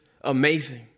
amazing